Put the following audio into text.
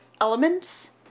elements